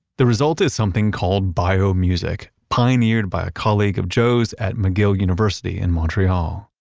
the result is something called biomusic, pioneered by a colleague of joe's at mcgill university in montreal.